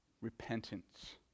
repentance